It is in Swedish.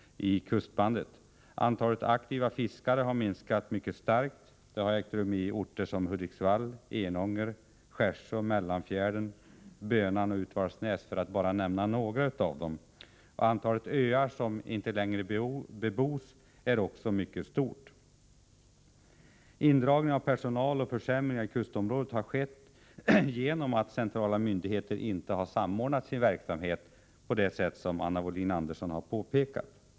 Antalet aktiva fiskare har minskat mycket starkt. Detta har ägt rum i orter som Hudiksvall, Enånger, Skärså, Mellanfjärden, Bönan och Utvalsnäs, för att bara nämna några. Antalet öar som inte längre bebos är också mycket stort. Indragningen av personal och försämringar i kustområdet har skett på grund av att centrala myndigheter inte samordnat sin verksamhet, som Anna Wohlin-Andersson har påpekat.